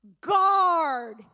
guard